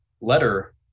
Letter